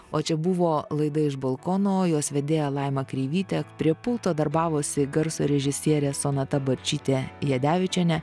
o čia buvo laida iš balkono jos vedėja laima kreivytė prie pulto darbavosi garso režisierė sonata balčytė jadevičienė